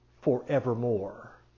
forevermore